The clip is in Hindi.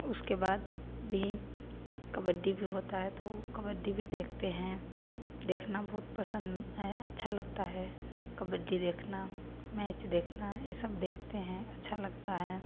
उसके बाद भी कबड्डी भी होता है तो कबड्डी भी देखते हैं देखना बहुत पसंद है अच्छा लगता है कबड्डी देखना मैच देखना ए सब देखते हैं अच्छा लगता है